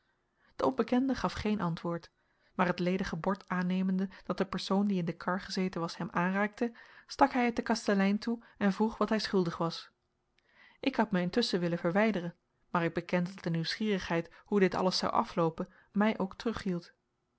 de onbekende gaf geen antwoord maar het ledige bord aannemende dat de persoon die in de kar gezeten was hem aanreikte stak hij het den kastelein toe en vroeg wat hij schuldig was ik had mij intusschen willen verwijderen maar ik beken dat de nieuwsgierigheid hoe dit alles zou afloopen mij ook